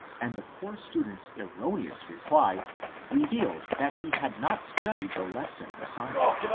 and the poor student's erroneous reply revealed that he had not studied the lesson assigned.